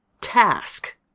task